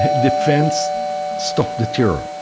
the fence stop the terror